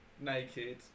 naked